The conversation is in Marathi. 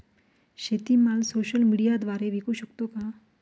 शेतीमाल सोशल मीडियाद्वारे विकू शकतो का?